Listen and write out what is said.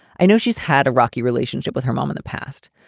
i know she's had a rocky relationship with her mom in the past,